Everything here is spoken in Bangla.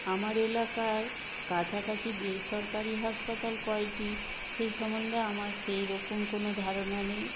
আমার এলাকায় কাছাকাছি বেসরকারি হাসপাতাল কয়টি সে সম্বন্ধে আমার সেই রকম কোনো ধারণা নেই